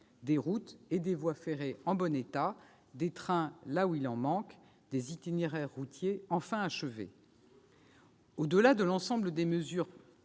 des routes et des voies ferrées en bon état, des trains là où il en manque, des itinéraires routiers enfin achevés. Au-delà de l'ensemble des mesures